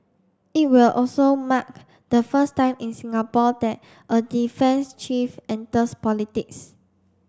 it will also mark the first time in Singapore that a defence chief enters politics